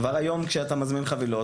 כבר היום כשאתה מזמין חבילות,